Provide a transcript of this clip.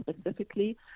specifically